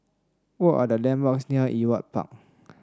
what are the landmarks near Ewart Park